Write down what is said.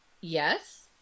Yes